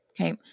Okay